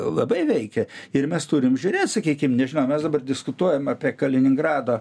labai veikia ir mes turim žiūrėt sakykim nežinau mes dabar diskutuojam apie kaliningrado